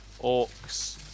Orcs